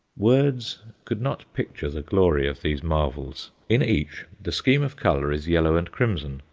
words could not picture the glory of these marvels. in each the scheme of colour is yellow and crimson,